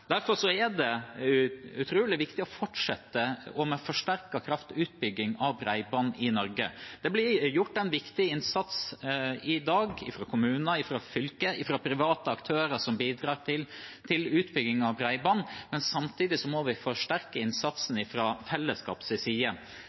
Derfor er det utrolig viktig å fortsette utbygging av bredbånd i Norge, med forsterket kraft. Det blir gjort en viktig innsats i dag fra kommuner, fra fylker og fra private aktører som bidrar til utbygging av bredbånd, men samtidig må vi forsterke innsatsen fra fellesskapets side.